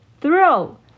Throw